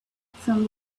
from